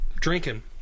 drinking